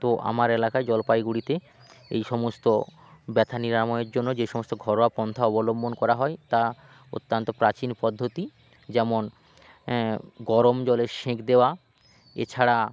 তো আমার এলাকায় জলপাইগুড়িতে এই সমস্ত ব্যথা নিরাময়ের জন্য যে সমস্ত ঘরোয়া পন্থা অবলম্বন করা হয় তা অত্যন্ত প্রাচীন পদ্ধতি যেমন গরম জলে সেঁক দেওয়া এছাড়া